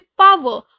power